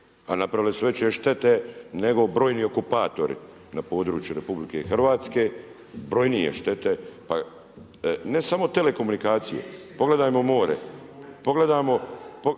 a napravile su veće štete nego brojni okupatori na području Republike Hrvatske, brojnije štete. Pa ne samo telekomunikacije. Pogledajmo more,